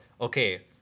Okay